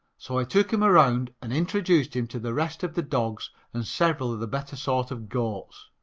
so i took him around and introduced him to the rest of the dogs and several of the better sort of goats.